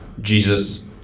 Jesus